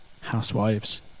housewives